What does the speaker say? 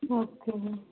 okay